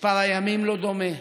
מספר הימים לא דומה,